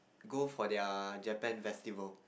go for their Japan festival